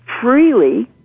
freely